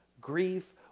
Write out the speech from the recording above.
grief